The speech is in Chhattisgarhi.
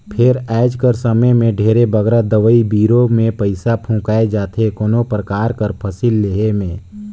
फेर आएज कर समे में ढेरे बगरा दवई बीरो में पइसा फूंकाए जाथे कोनो परकार कर फसिल लेहे में